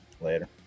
Later